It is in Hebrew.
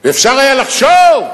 ואפשר היה לחשוב,